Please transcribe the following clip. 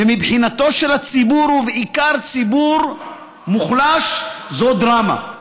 ומבחינתו של הציבור, ובעיקר ציבור מוחלש, זו דרמה.